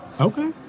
okay